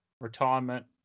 Retirement